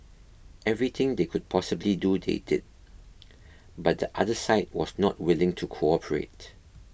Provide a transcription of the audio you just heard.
everything they could possibly do they did but the other side was not willing to cooperate